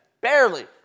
Barely